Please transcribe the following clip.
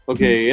Okay